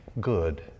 good